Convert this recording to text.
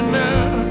now